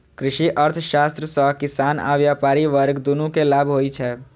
कृषि अर्थशास्त्र सं किसान आ व्यापारी वर्ग, दुनू कें लाभ होइ छै